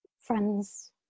friends